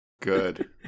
Good